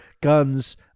guns